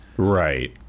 Right